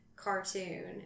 Cartoon